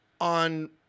on